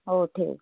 हो ठेव